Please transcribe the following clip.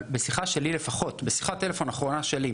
אבל לפחות בשיחת הטלפון האחרונה שלי,